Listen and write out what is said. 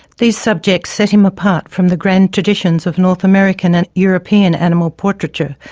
these subjects set him apart from the grand traditions of north american and european animal portraiture,